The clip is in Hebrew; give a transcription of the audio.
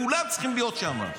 כולם צריכים להיות שם.